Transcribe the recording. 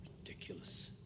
Ridiculous